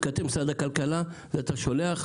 זאת הזדמנות גדולה,